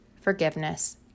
forgiveness